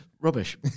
Rubbish